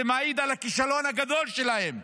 זה מעיד על הכישלון הגדול שלהם.